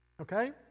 Okay